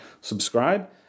subscribe